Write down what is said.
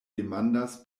demandas